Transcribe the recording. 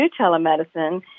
telemedicine